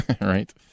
Right